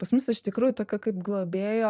pas mus iš tikrųjų tokio kaip globėjo